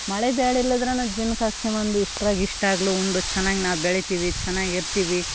ಮಳೆ ಭಾಳ ಇಲ್ಲಾಂದ್ರೂ ಜೀವನಕ್ಕೆ ಆಕ್ಸೊಂಬಂದು ಇಷ್ಟರಾಗೆ ಇಷ್ಟಾಗ್ಲೂ ಉಂಡು ಚೆನ್ನಾಗಿ ನಾವು ಬೆಳಿತೀವಿ ಚೆನ್ನಾಗಿ ಇರ್ತೀವಿ